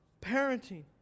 parenting